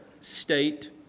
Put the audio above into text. state